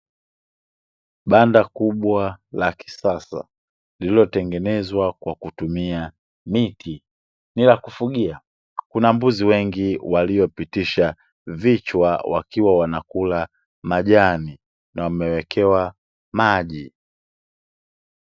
Banda kubwa la kisasa lililotengenezwa kwa kutumia miti, ni la kufugia. Kuna mbuzi wengi waliopitisha vichwa, wakiwa wanakula majani na wamewekewa maji.